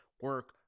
Work